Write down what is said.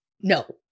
No